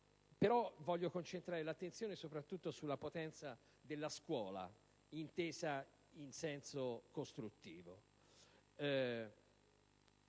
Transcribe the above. desidero concentrare l'attenzione soprattutto sulla potenza della scuola intesa in senso costruttivo.